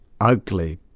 ugly